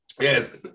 Yes